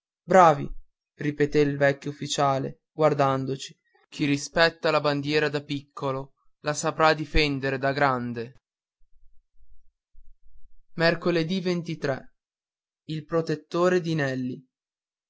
bravi ripeté il vecchio ufficiale guardandoci chi rispetta la bandiera da piccolo la saprà difender da grande il protettore di nelli